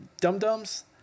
dum-dums